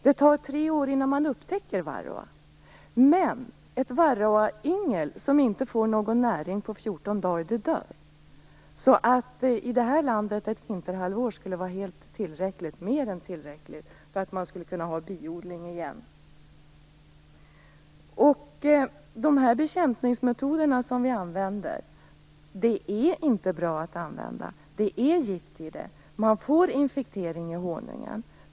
Det tar tre år innan varroa upptäcks, men ett varroayngel som inte får någon näring under 14 dagar dör. I vårt land skulle ett vinterhalvår alltså vara mer än tillräckligt för att återigen kunna ha biodling. De bekämpningsmetoder som förekommer är det inte bra att använda. Det finns gift i bekämpningsmedlen, så man får en infekterad honung.